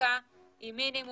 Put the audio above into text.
במצוקה עם מינימום